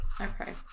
Okay